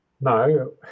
no